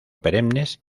perennes